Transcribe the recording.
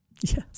Yes